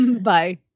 bye